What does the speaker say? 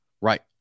Right